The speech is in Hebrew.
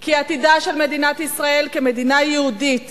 כי עתידה של מדינת ישראל כמדינה יהודית